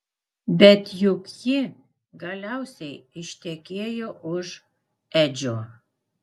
bet juk ji galiausiai ištekėjo už edžio